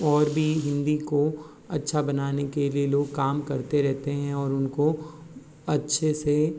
और भी हिंदी को अच्छा बनाने के लिए लोग काम करते रहते हैं और उनको अच्छे से